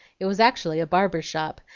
it was actually a barber's shop,